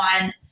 on